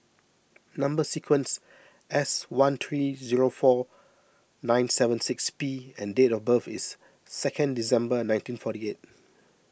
Number Sequence S one three zero four nine seven six P and date of birth is second December nineteen forty eight